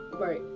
Right